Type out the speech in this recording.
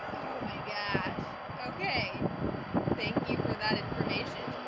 oh my gosh okay thank you for that information.